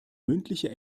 mündliche